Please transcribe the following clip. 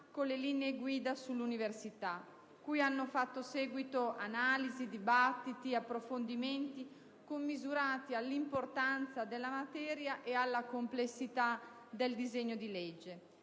con le linee-guida sull'università cui hanno fatto seguito analisi, dibattiti e approfondimenti commisurati all'importanza della materia e alla complessità del disegno di legge.